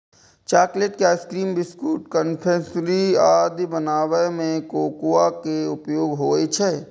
chocolate, ice cream, biscuit, confectionery आदि बनाबै मे कोकोआ के उपयोग होइ छै